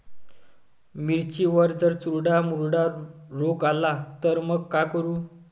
मिर्चीवर जर चुर्डा मुर्डा रोग आला त मंग का करू?